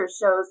shows